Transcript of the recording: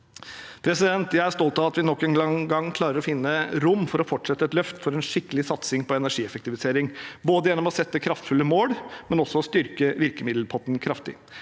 Jeg er stolt av at vi nok en gang klarer å finne rom for å fortsette et løft for en skikkelig satsing på energieffektivisering, både gjennom å sette kraftfulle mål og gjennom å styrke virkemiddelpotten kraftig.